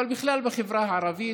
אבל בכלל בחברה הערבית.